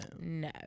no